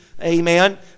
Amen